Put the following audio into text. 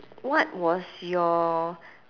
what was your